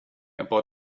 about